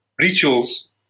rituals